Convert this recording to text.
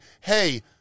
Hey